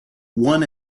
won